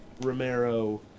Romero